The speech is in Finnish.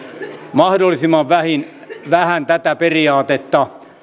mahdollisimman vähän tätä periaatetta